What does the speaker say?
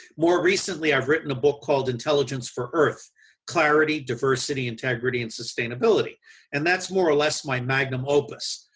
more recently i've written a book called, intelligence for earth clarity, diversity, integrity and sustainability and that's more or less my magnum opus.